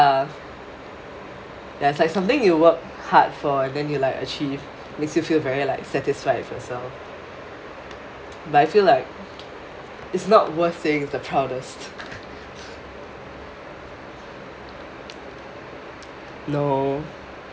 ya is like something you work hard for and then you like achieve makes you feel very like satisfied with yourself but I feel like is not worth saying is the proudest no